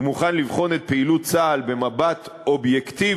ומוכן לבחון את פעילות צה"ל במבט אובייקטיבי,